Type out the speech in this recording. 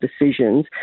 decisions